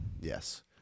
Yes